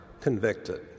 convicted